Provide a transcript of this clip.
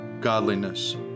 godliness